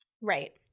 Right